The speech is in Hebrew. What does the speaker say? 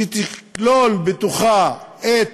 שתכלול בתוכה את